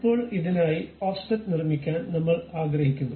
ഇപ്പോൾ ഇതിനായി ഓഫ്സെറ്റ് നിർമ്മിക്കാൻ നമ്മൾ ആഗ്രഹിക്കുന്നു